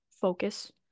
focus